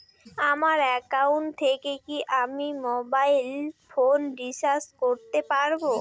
আমার একাউন্ট থেকে কি আমি মোবাইল ফোন রিসার্চ করতে পারবো?